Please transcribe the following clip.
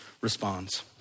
responds